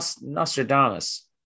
Nostradamus